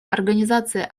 организации